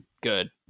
good